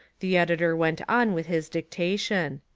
the editor went on with his dictation.